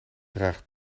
draagt